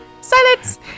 Silence